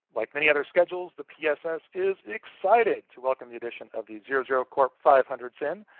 like many other schedules, the pss is excited to welcome the addition of the zero zero corp five hundred sin,